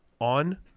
on